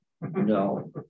No